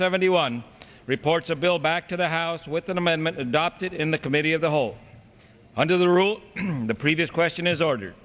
seventy one reports a bill back to the house with an amendment adopted in the committee of the whole under the rule the previous question is order